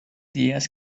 días